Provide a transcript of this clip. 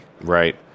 Right